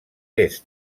est